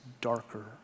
darker